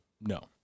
No